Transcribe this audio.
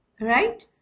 right